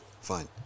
Fine